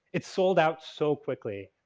it sold out so quickly.